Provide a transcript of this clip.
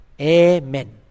Amen